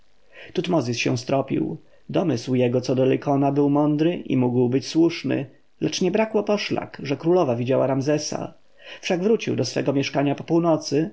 tutmozis się stropił domysł jego co do lykona był mądry i mógł być słuszny lecz nie brakło poszlak że królowa widziała ramzesa wszak wrócił do swego mieszkania po północy